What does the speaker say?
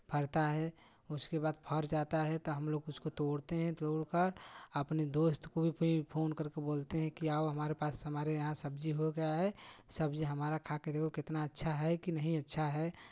फड़ता है उसके बाद फड़ जाता है तो हमलोग उसको तोड़ते हैं तोड़कर अपने दोस्त को भी फोन करके बोलते हैं कि आओ हमारे पास हमारे यहां सब्जी हो गया है सब्जी हमारा खा के देखो कितना अच्छा है कि नहीं अच्छा है